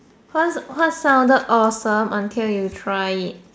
what what sounded awesome until you try it